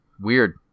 weird